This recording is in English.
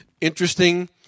Interesting